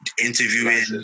Interviewing